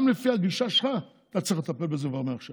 גם לפי הגישה שלך אתה צריך לטפל בזה כבר מעכשיו